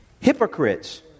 Hypocrites